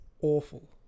awful